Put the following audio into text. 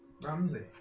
Ramsey